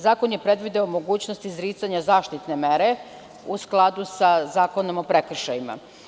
Zakon je predvideo mogućnost izricanja zaštitne mere u skladu sa Zakonom o prekršajima.